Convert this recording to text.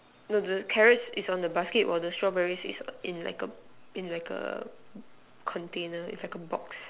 no the carrots is on the basket while the strawberries is in like in like a container is like a box